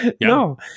No